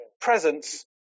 Presence